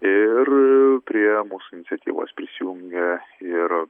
ir prie mūsų iniciatyvos prisijungė ir